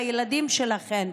לילדים שלכן.